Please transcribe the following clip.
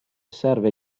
serve